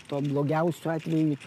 tuo blogiausiu atveju